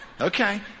Okay